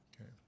okay